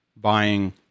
buying